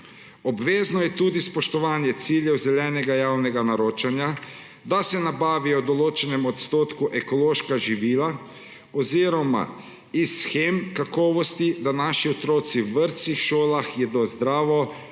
Obvezno je tudi spoštovanje ciljev zelenega javnega naročanja, da se nabavijo v določenem odstotku ekološka živila oziroma iz shem kakovosti, da naši otroci v vrtcih, šolah jedo zdravo, predvsem